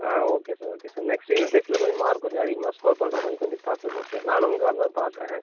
ஆ okay sir okay sir next unit டெஸ்ட்டில் கொஞ்சம் mark கொஞ்சம் அதிகமாக ஸ்கோர் பண்ணுறா மாரி கொஞ்சம் பார்த்துக்கங்க சார் நானும் இங்கே வந்து பார்க்கறேன்